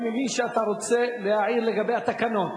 אני מבין שאתה רוצה להעיר לגבי התקנון.